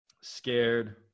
Scared